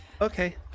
Okay